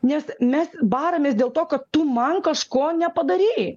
nes mes baramės dėl to kad tu man kažko nepadarei